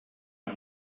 amb